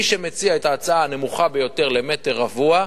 מי שמציע את ההצעה הנמוכה ביותר למטר רבוע,